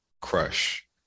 crush